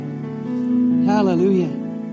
Hallelujah